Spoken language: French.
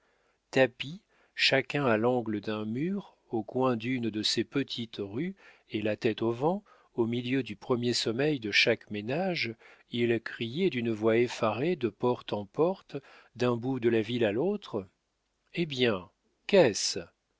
tapis chacun à l'angle d'un mur au coin d'une de ces petites rues et la tête au vent au milieu du premier sommeil de chaque ménage ils criaient d'une voix effarée de porte en porte d'un bout de la ville à l'autre eh bien qu'est-ce